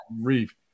Reef